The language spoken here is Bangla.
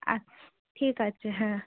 আচ্ছা ঠিক আছে হ্যাঁ